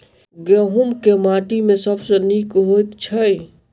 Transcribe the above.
गहूम केँ माटि मे सबसँ नीक होइत छै?